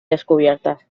descubiertas